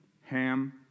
Ham